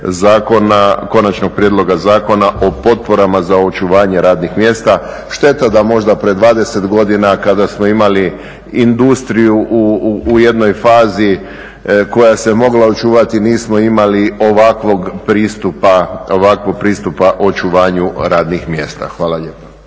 Konačnog prijedloga Zakona o potporama za očuvanje radnih mjesta. Šteta da možda pred 20 godina kada smo imali industriju u jednoj fazi koja se mogla očuvati nismo imali ovakvog pristupa očuvanju radnih mjesta. Hvala lijepa.